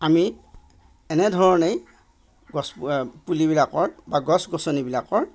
আমি এনেধৰণেই গছ পুলি বিলাকৰ বা গছ গছনি বিলাকৰ